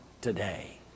today